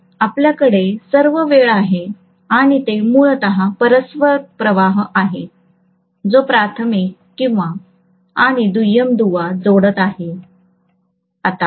तर आपल्याकडे सर्व वेळ आहे आणि ते मूलत परस्पर प्रवाह आहे जो प्राथमिक आणि दुय्यम दुवा जोडत आहे